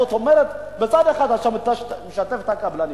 זאת אומרת, מצד אחד אתה משתף את הקבלנים.